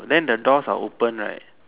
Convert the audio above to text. and then the doors are open right